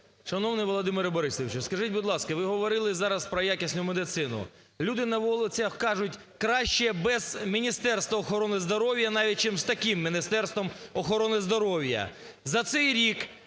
Шановний Володимире Борисовичу, скажіть, будь ласка, ви говорили зараз про якісну медицину. Люди на вулицях кажуть: краще без Міністерства охорони здоров'я навіть, чим з таким Міністерством охорони здоров'я.